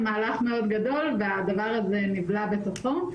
מהלך מאוד גדול והדבר הזה נבלע בתוכו,